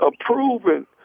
approving